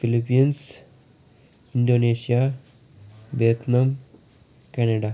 Philippines Indonesia Vietnam Canada